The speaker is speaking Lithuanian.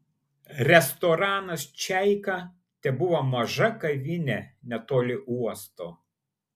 restoranas čaika tebuvo maža kavinė netoli uosto